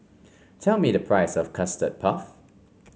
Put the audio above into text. tell me the price of Custard Puff